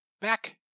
back